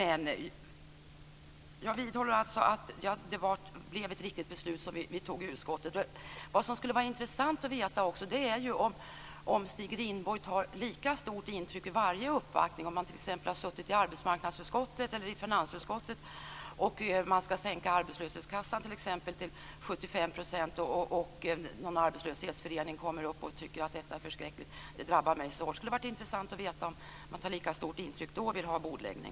Jag vidhåller att vi fattade ett riktigt beslut i utskottet. Det skulle vara intressant att veta om Stig Rindborg tar lika stort intryck av varje uppvaktning, t.ex. om han hade suttit i arbetsmarknadsutskottet eller i finansutskottet och frågan hade varit att sänka ersättningen i arbetslöshetskassan till 75 % och en förening uppvaktar utskottet och säger att det är förskräckligt. Hade han tagit lika stort intryck då och begärt bordläggning?